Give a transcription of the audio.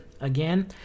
again